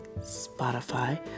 Spotify